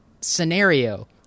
scenario